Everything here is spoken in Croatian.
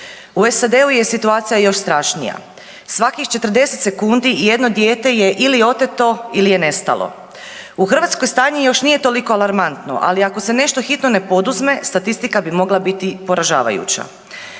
U SAD-u je situacija još strašnija svakih 40 sekundi jedno dijete je ili oteto ili je nestalo. U Hrvatskoj stanje još nije toliko alarmantno, ali ako se nešto hitno ne poduzme statistika bi mogla biti poražavajuća.